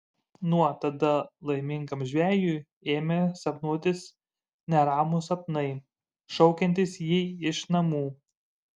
nuo tada laimingam žvejui ėmė sapnuotis neramūs sapnai šaukiantys jį iš namų